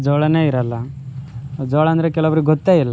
ಜೋಳ ಇರೋಲ್ಲ ಜೊಳಂದರೆ ಕೆಲವರಿಗೆ ಗೊತ್ತೇ ಇಲ್ಲ